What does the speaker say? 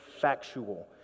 factual